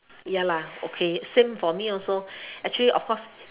ya lah okay same for me also actually of course